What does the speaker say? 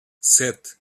sete